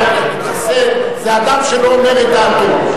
אתה לא תשליט פה טרור.